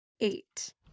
eight